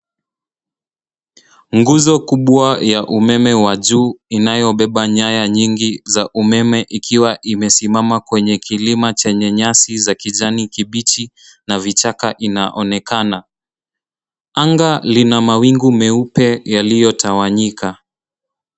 Nguzo kubwa ya umeme wa juu inayobeba nyaya nyingi za umeme zikiwa zimesimama kweye kilima chenye nyasi za kijani kibichi na vichaka inaonekana. Anga lina mawingu meupe yaliyotawanyika.